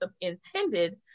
intended